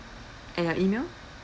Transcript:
and your email